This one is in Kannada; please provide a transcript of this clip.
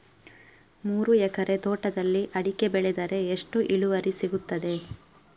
ಮೂರು ಎಕರೆ ತೋಟದಲ್ಲಿ ಅಡಿಕೆ ಬೆಳೆದರೆ ಎಷ್ಟು ಇಳುವರಿ ಸಿಗುತ್ತದೆ?